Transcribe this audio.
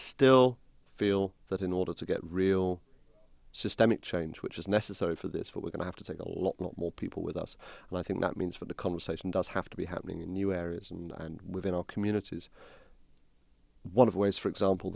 still feel that in order to get real systemic change which is necessary for this but we're going to have to take a whole lot more people with us and i think that means for the conversation does have to be happening in new areas and within our communities one of ways for example